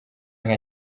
nka